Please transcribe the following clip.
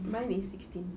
mine is sixteen